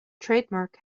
trademark